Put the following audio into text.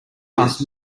past